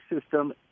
system